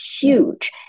huge